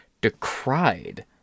decried